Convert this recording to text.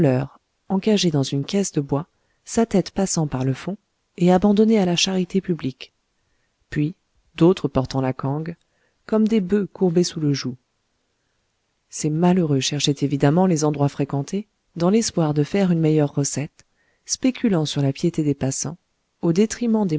encagé dans une caisse de bois sa tête passant par le fond et abandonné à la charité publique puis d'autres portant la cangue comme des boeufs courbés sous le joug ces malheureux cherchaient évidemment les endroits fréquentés dans l'espoir de faire une meilleure recette spéculant sur la piété des passants au détriment des